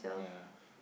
yeah